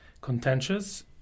contentious